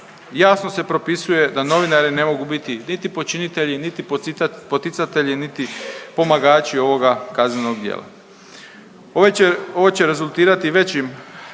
Jasno se propisuje da novinari ne mogu biti niti počinitelji, niti pocitat… poticatelji, niti pomagači ovoga kaznenog djela. Ovo će rezultirati većim